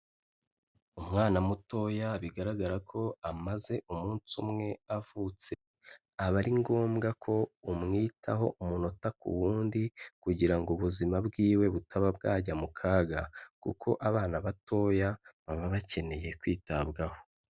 Umwana mutoya bigaragara ko amaze umunsi umwe avutse. Aba ari ngombwa ko umwitaho umunota ku wundi kugira ngo ubuzima bwiwe butaba bwajya mu kaga, kuko abana batoya baba bakeneye kwitabwaho.